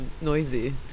noisy